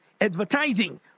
advertising